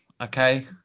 okay